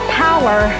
power